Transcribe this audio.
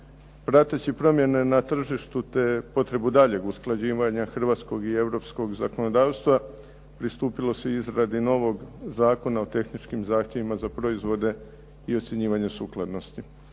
Prateći promjene na tržištu te potrebu daljeg usklađivanja hrvatskog i europskog zakonodavstva pristupilo se izradi novog Zakona o tehničkim zahtjevima za proizvode i ocjenjivanje sukladnosti.